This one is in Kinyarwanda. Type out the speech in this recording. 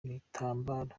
ibitambaro